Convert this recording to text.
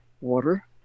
water